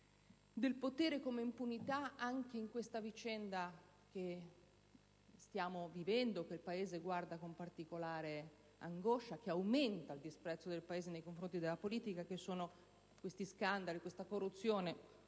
del potere come impunità anche in questa vicenda che stiamo vivendo, a cui il Paese guarda con particolare angoscia e che fa aumentare il disprezzo del Paese nei confronti della politica a causa degli scandali e della corruzione.